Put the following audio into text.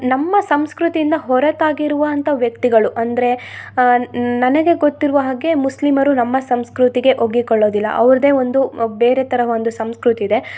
ನಮ್ಮ ಸಂಸ್ಕೃತಿಯಿಂದ ಹೊರತಾಗಿರುವಂಥ ವ್ಯಕ್ತಿಗಳು ಅಂದರೆ ನನಗೆ ಗೊತ್ತಿರುವ ಹಾಗೆ ಮುಸ್ಲಿಮರು ನಮ್ಮ ಸಂಸ್ಕೃತಿಗೆ ಒಗ್ಗಿಕೊಳ್ಳೋದಿಲ್ಲ ಅವ್ರದ್ದೇ ಒಂದು ಬೇರೆ ತರಹ ಒಂದು ಸಂಸ್ಕೃತಿ ಇದೆ